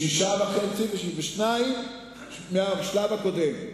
6.5% ו-2% מהשלב הקודם.